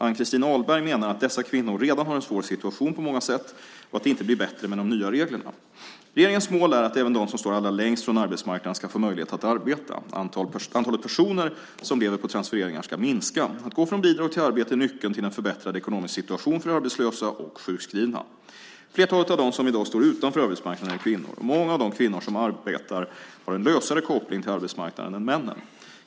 Ann-Christin Ahlberg menar att dessa kvinnor redan har en svår situation på många sätt och att det inte blir bättre med de nya reglerna. Regeringens mål är att även de som står allra längst från arbetsmarknaden ska få möjlighet att arbeta. Antalet personer som lever på transfereringar ska minska. Att gå från bidrag till arbete är nyckeln till en förbättrad ekonomisk situation för arbetslösa och sjukskrivna. Flertalet av dem som i dag står utanför arbetsmarknaden är kvinnor, och många av de kvinnor som arbetar har en lösare koppling till arbetsmarknaden än männen.